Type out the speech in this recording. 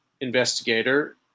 investigator